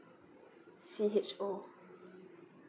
C H O